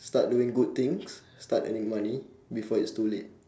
start doing good things start earning money before it's too late